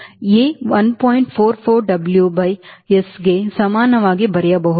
44 W by Sಗೆ ಸಮನಾಗಿ ಬರೆಯಬಹುದು